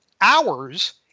hours